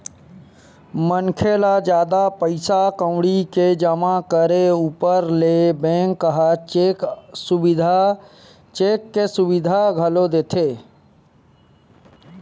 मनखे ल जादा पइसा कउड़ी के जमा करे ऊपर ले बेंक ह चेक के सुबिधा घलोक देथे